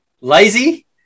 lazy